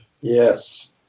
yes